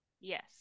Yes